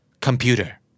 Computer